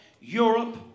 Europe